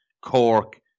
Cork